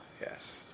yes